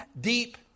deep